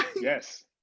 Yes